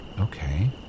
Okay